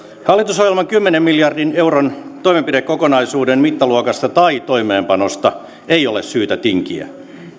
hallitusohjelman kymmenen miljardin euron toimenpidekokonaisuuden mittaluokasta tai toimeenpanosta ei ole syytä tinkiä kehysriihessä